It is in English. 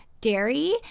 dairy